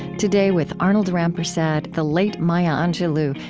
today, with arnold rampersad, the late maya angelou,